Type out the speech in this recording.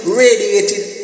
radiated